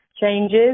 changes